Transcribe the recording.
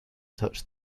touched